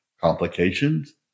complications